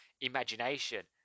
imagination